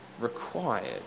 required